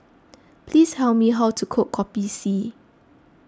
please me how to cook Kopi C